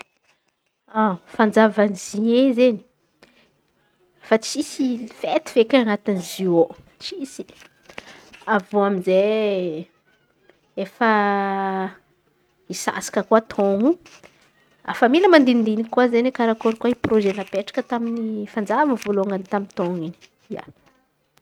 Fanjava ny zie izen̈y fa tsisy fety feky anatin izy ioô tsisy avy eo amizay efa misasaka koa taôn̈y io. Efa mila mandin̈indiniky koa izen̈y karakôry proze napetraky tamin'ny fanjava voalôhan̈y tamy tamin'ny taôn̈y in̈y.